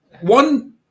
one